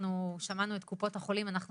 אנחנו שמענו את קופות החולים ואנחנו